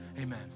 amen